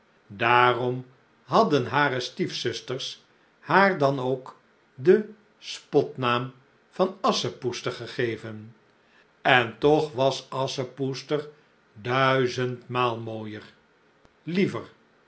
daarom hadden hare stiefzusters haar dan ook den spotnaam van a s s c h e p o e s t e r gegeven en toch was asschepoester duizendmaal mooijer liever